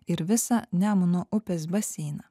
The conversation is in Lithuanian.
ir visą nemuno upės baseiną